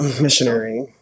Missionary